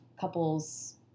couples